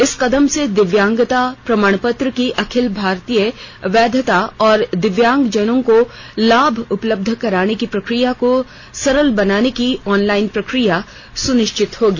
इस कदम से दिव्यांगता प्रमाण पत्र की अखिल भारतीय वैधता और दिव्यांगजनों को लाभ उपलब्ध कराने की प्रक्रिया को सरल बनाने की ऑनलाइन प्रक्रिया सुनिश्चित होगी